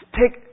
take